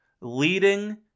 leading